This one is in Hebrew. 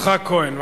יצחק כהן.